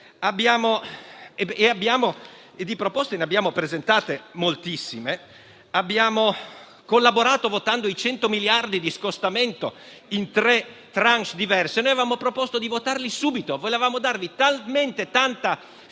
Abbiamo collaborato votando i 100 miliardi di scostamento in tre *tranche* diverse; avevamo proposto di votarli subito, volevamo darvi talmente